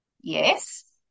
yes